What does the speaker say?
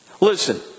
Listen